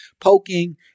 poking